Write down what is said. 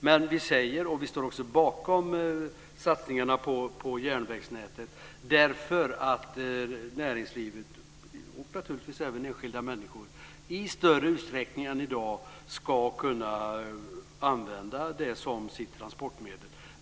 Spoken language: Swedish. Men vi står också bakom satsningarna på järnvägsnätet därför att näringslivet, och naturligtvis även enskilda människor, i större utsträckning än i dag ska kunna använda det som sitt transportmedel.